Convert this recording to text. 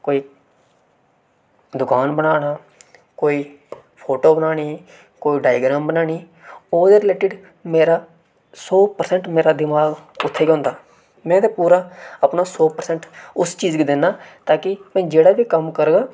कोई दुकान बनाना कोई फोटो बनानी कोई डाइग्राम बनानी ओह्दे रिलेटिड मेरा सौ परसेंट मेरा दमाग उत्थै गे होंदा में ते पूरा अपना सौ परसेंट उस चीज गी दिन्नां ताकि में जेहड़ा बा कम करां